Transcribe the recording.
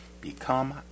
become